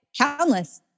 countless